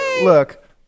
Look